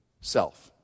self